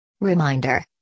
Reminder